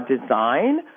design